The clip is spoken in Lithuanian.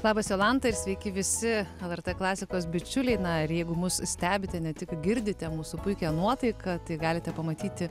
labas jolanta ir sveiki visi lrt klasikos bičiuliai na ir jeigu mus stebite ne tik girdite mūsų puikią nuotaiką tai galite pamatyti